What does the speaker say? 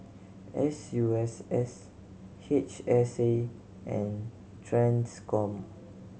S U S S H S A and Transcom